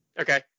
Okay